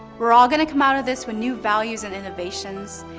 we're all gonna come out of this when new values and innovations,